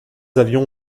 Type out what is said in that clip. avions